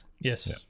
Yes